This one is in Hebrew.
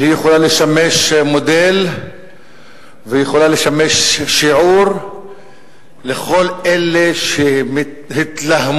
והיא יכולה לשמש מודל והיא יכולה לשמש שיעור לכל אלה שהתלהמו,